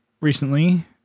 recently